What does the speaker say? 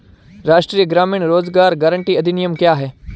राष्ट्रीय ग्रामीण रोज़गार गारंटी अधिनियम क्या है?